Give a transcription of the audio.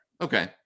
Okay